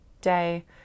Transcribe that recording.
day